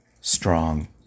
strong